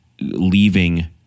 leaving